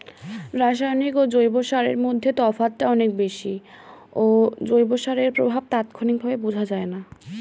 রাসায়নিক ও জৈব সারের মধ্যে তফাৎটা অনেক বেশি ও জৈব সারের প্রভাব তাৎক্ষণিকভাবে বোঝা যায়না